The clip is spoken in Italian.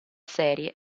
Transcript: serie